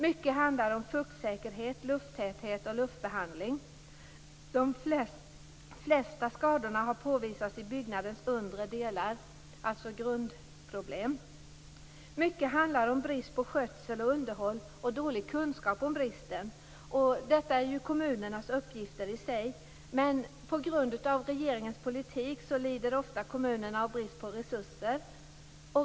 Mycket handlar om fuktsäkerhet, lufttäthet och luftbehandling. De flesta skadorna har påvisats i byggnadernas undre delar, dvs. problem i grunderna. Mycket handlar om brist på skötsel och underhåll och dålig kunskap om driften. Dessa saker skall ju skötas av kommunerna, men på grund av regeringens politik lider kommunerna ofta brist på resurser.